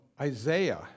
Isaiah